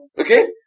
Okay